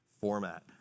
format